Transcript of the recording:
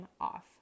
off